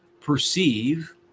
perceive